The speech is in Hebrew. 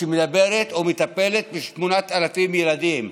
שמטפלת ב-8,000 ילדים,